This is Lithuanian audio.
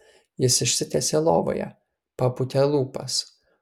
ji išsitiesė lovoje papūtė lūpas